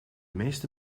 meeste